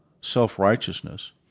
self-righteousness